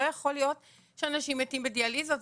לא יכול להיות שאנשים מתים בדיאליזות,